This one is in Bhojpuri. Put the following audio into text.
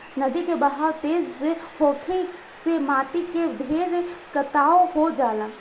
नदी के बहाव तेज होखे से माटी के ढेर कटाव हो जाला